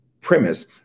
Premise